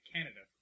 Canada